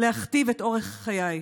להכתיב את אורח חיי.